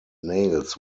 nails